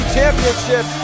championship